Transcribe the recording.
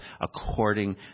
according